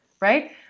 right